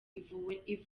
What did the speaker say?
ivuwe